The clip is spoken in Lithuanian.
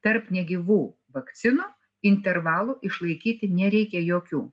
tarp negyvų vakcinų intervalų išlaikyti nereikia jokių